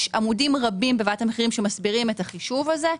יש עמודים רבים בוועדת המחירים שמסבירים את החישוב הזה.